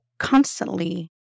Constantly